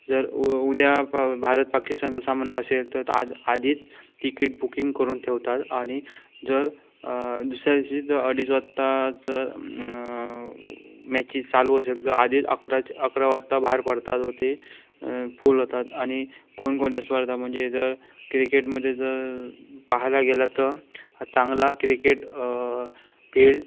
जर उद्या भ भारत पाकिस्तान जर सामना असेल तर आ आधीच तिकीट बुकिंग करून ठेवतात आणि जर दुसऱ्या दिवशीच जर अडीच वाजता मॅचेस चालू असेल तर आधीच अकरा अकरा वाजता बाहेर पडतात व ते फुल होतात आणि कोणकोणत्या स्पर्धा म्हणजे जर क्रिकेटमध्ये जर पाहायला गेलं तर चांगला क्रिकेट खेळ